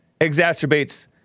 exacerbates